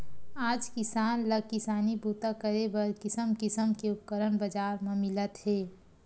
आज किसान ल किसानी बूता करे बर किसम किसम के उपकरन बजार म मिलत हे